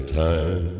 time